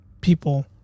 people